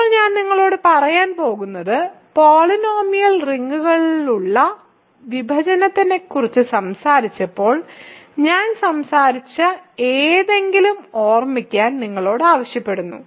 ഇപ്പോൾ ഞാൻ നിങ്ങളോട് പറയാൻ പോകുന്നത് പോളിനോമിയൽ റിംഗുകൾക്കുള്ളിലെ വിഭജനത്തെക്കുറിച്ച് സംസാരിച്ചപ്പോൾ ഞാൻ സംസാരിച്ച എന്തെങ്കിലും ഓർമ്മിക്കാൻ നിങ്ങളോട് ആവശ്യപ്പെടുന്നു